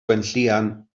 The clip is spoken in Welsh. gwenllian